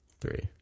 three